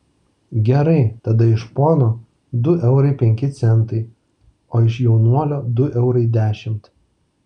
gerai tada iš pono du eurai penki centai o iš jaunuolio du eurai dešimt